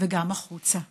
וגם החוצה.